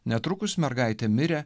netrukus mergaitė mirė